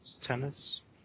Tennis